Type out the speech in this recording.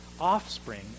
offspring